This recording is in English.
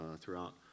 throughout